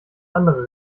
andere